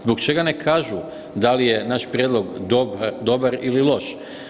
Zbog čega ne kažu da li je naš prijedlog dobar ili loš?